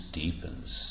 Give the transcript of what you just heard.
deepens